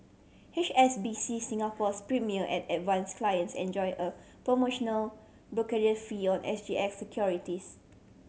H S B C Singapore's Premier and Advance clients enjoy a promotional brokerage fee on S G X securities